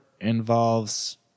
involves